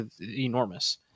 enormous